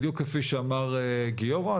בדיוק כפי שאמר גיורא,